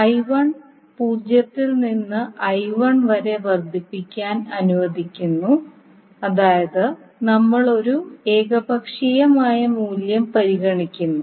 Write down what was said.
0 ൽ നിന്ന് വരെ വർദ്ധിപ്പിക്കാൻ അനുവദിക്കുന്നു അതായത് നമ്മൾ ഒരു ഏകപക്ഷീയമായ മൂല്യം പരിഗണിക്കുന്നു